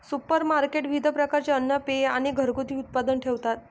supermarket विविध प्रकारचे अन्न, पेये आणि घरगुती उत्पादने ठेवतात